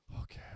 Okay